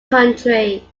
country